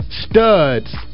studs